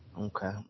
Okay